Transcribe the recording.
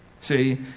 See